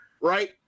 right